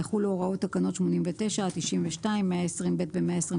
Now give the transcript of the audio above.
יחולו הוראות תקנות 89 עד 92, 120(ב) ו-121,